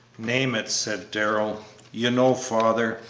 name it, said darrell you know, father,